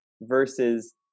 versus